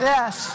Yes